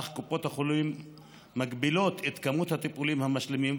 אך קופות החולים מגבילות את כמות הטיפולים המשלימים,